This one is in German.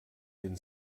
den